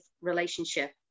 relationship